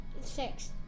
six